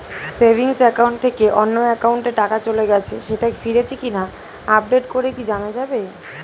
Savings account থেকে অন্য একাউন্টে টাকা চলে গেছে সেটা ফিরেছে কিনা আপডেট করে কি জানা যাবে?